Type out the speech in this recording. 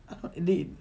uh they